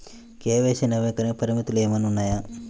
KYC నవీకరణకి పరిమితులు ఏమన్నా ఉన్నాయా?